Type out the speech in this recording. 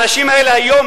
האנשים האלה היום,